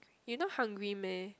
you not hungry meh